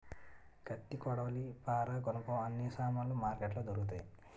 కత్తి కొడవలి పారా గునపం అన్ని సామానులు మార్కెట్లో దొరుకుతాయి